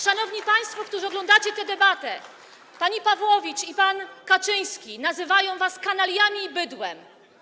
Szanowni państwo, którzy oglądacie tę debatę, pani Pawłowicz i pan Kaczyński nazywają was kanaliami i bydłem.